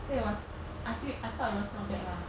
say it was I feel I thought it was not bad lah